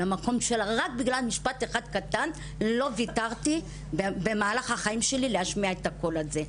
רק בגלל משפט אחד קטן לא ויתרתי במהלך החיים שלי להשמיע את הקול הזה.